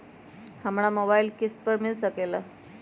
हमरा मोबाइल किस्त पर मिल सकेला?